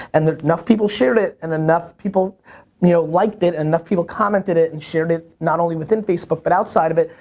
and enough people shared it and enough people you know liked it, enough people commented it and shared it not only within facebook but outside of it,